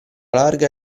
larga